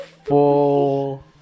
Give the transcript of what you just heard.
full